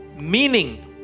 meaning